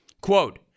Quote